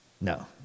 No